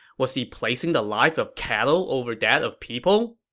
was he placing the life of cattle over that of people?